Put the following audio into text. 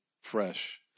fresh